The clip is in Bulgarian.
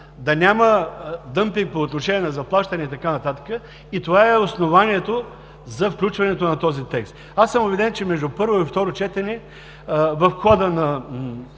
да няма дъмпинг по отношение на заплащане и така нататък. Това е основанието за включването на този текст. Аз съм убеден, че между първо и второ четене в хода на